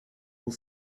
will